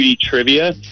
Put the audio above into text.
trivia